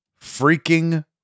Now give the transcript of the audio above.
freaking